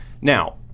now